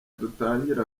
dutangire